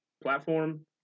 platform